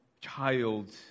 child